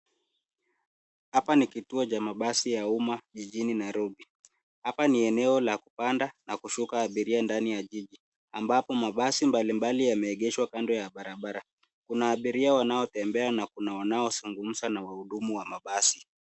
Hapa ni kituo cha mabasi ya umma jijini Nairobi. Hapa ni eneo la kupanda na kushuka abiria ndani ya jiji ambapo mabasi mbalimbali yameegeshwa kando ya barabara. Kuna abiria wanaotembea na kuna wanaozungumza na wahudumu wa mabasi.